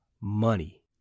money